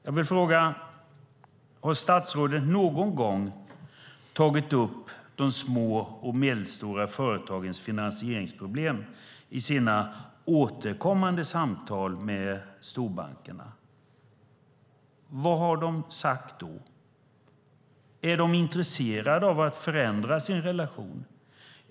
Har statsrådet någon gång tagit upp de små och medelstora företagens finansieringsproblem i sina återkommande samtal med storbankerna? Vad har de i så fall sagt då? Är de intresserade av att förändra sin relation?